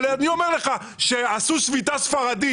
אבל אני אומר לך שעשו שביתה ספרדית,